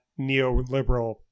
neoliberal